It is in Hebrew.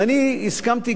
ואני הסכמתי,